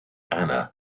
anna